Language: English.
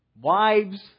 Wives